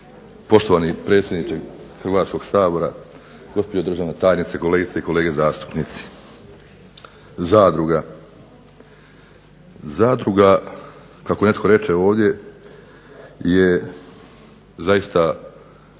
Poštovani predsjedniče Hrvatskog sabora, gospođo državna tajnice, kolegice i kolege zastupnici. Zadruga kako netko reče ovdje je zaista kao